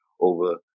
over